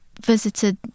visited